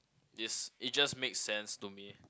is it just make sense to me